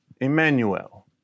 Emmanuel